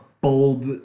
bold